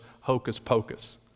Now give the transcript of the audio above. hocus-pocus